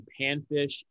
panfish